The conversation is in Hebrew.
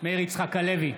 מאיר יצחק הלוי,